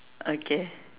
okay